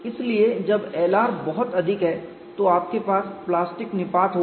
इसलिए जब Lr बहुत अधिक है तो आपके पास प्लास्टिक निपात होगा